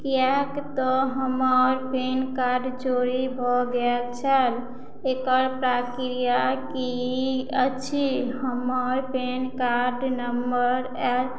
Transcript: किएक तऽ हमर पैनकार्ड चोरी भऽ गेल छल एकर प्राक्रिआ की अछि हमर पैन कार्ड नंबर एफ